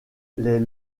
les